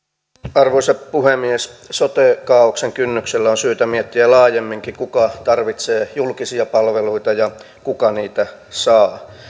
arvoisa puhemies sote kaaoksen kynnyksellä on syytä miettiä laajemminkin kuka tarvitsee julkisia palveluita ja kuka niitä saa